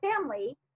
family